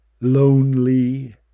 Lonely